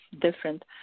different